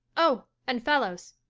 oh! and fellows,